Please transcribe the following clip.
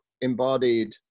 embodied